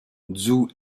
zhou